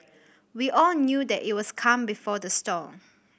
we all knew that it was the calm before the storm